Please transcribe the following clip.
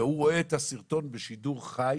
והוא רואה את הסרטון בשידור חי,